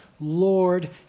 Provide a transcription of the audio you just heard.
Lord